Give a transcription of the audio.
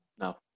No